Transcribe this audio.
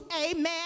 Amen